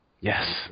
Yes